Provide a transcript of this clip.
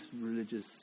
religious